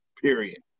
period